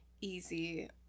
easy